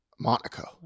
Monaco